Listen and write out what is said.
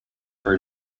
for